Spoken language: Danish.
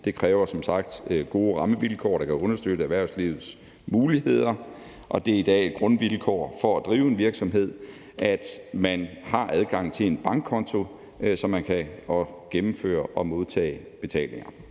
Det kræver som sagt gode rammevilkår, der kan understøtte erhvervslivets muligheder, og det er i dag et grundvilkår for at drive en virksomhed, at man har adgang til en bankkonto, så man kan gennemføre og modtage betalinger.